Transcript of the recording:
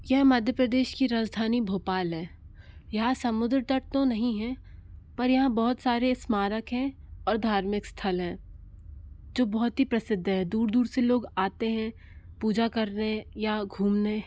यह मध्य प्रदेश की राजधानी भोपाल है यहाँ समुद्र तट तो नहीं हैं पर यहाँ बहुत सारे स्मारक हैं और धार्मिक स्थल हैं जो बहुत ही प्रसिद्ध है दूर दूर से लोग आते हैं पूजा करने या घूमने